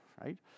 Right